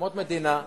אדמות מדינה?